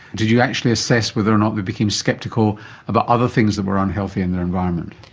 did you actually assess whether or not they became sceptical about other things that were unhealthy in their environment?